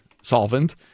solvent